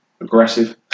aggressive